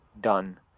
done